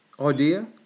idea